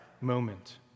moment